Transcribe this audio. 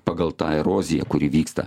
pagal tą erozija kuri vyksta